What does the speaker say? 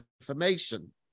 information